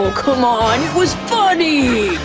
come on, it was funny!